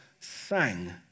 sang